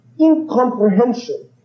incomprehension